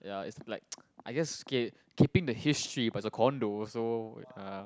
ya is like I guess k keeping the history but as a condo so uh